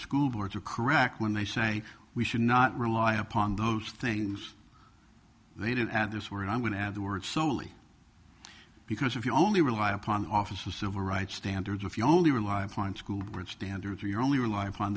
school boards are correct when they say we should not rely upon those things they did add this or i'm going to add the word solely because if you only rely upon the office of civil rights standards if you only rely upon school board standards or you're only rely upon